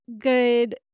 good